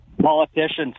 Politicians